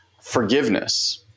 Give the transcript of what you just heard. forgiveness